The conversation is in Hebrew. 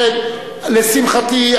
לשמחתי,